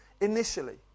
initially